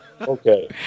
Okay